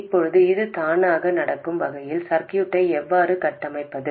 இப்போது இது தானாக நடக்கும் வகையில் சர்க்யூட்டை எவ்வாறு கட்டமைப்பது